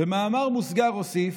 "במאמר מוסגר אוסיף,